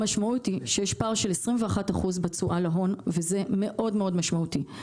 המשמעות היא שיש פער של 21% בתשואה להון וזה מאוד משמעותי.